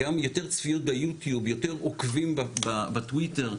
יותר עוקבים בטוויטר.